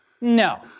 No